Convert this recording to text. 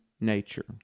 nature